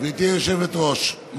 גברתי היושבת-ראש,